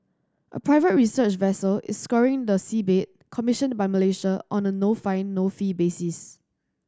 a private research vessel is scouring the seabed commissioned by Malaysia on a no find no fee basis